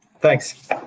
Thanks